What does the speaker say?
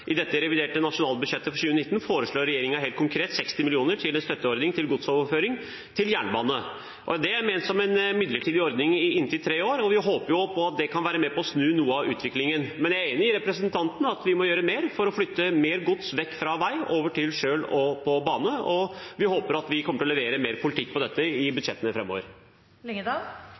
I dette reviderte nasjonalbudsjettet for 2019 foreslår regjeringen helt konkret 60 mill. kr til en støtteordning for godsoverføring til jernbane. Det er ment som en midlertidig ordning i inntil tre år, og vi håper at det kan være med på å snu noe av utviklingen. Men jeg er enig med representanten i at vi må gjøre mer for å flytte mer gods vekk fra vei og over til kjøl og på bane, og vi håper at vi kommer til å levere mer politikk på dette i budsjettene